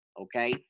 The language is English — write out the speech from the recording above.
okay